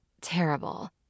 Terrible